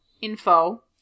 info